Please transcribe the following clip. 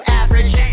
average